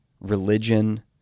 religion